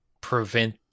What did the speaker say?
prevent